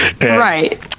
right